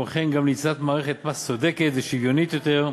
וכמו כן גם ליצירת מערכת מס צודקת ושוויונית יותר,